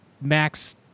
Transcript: Max